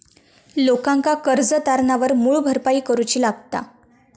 लोकांका कर्ज तारणावर मूळ भरपाई करूची लागता